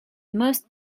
most